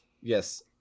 yes